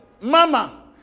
Mama